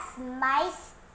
mice